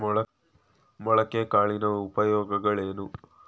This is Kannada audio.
ಮೊಳಕೆ ಕಾಳಿನ ಉಪಯೋಗಗಳೇನು?